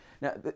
Now